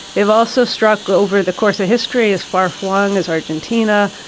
they've also struck over the course of history as far flung as argentina,